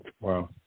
Wow